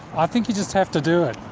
i think you just have to do it.